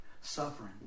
Suffering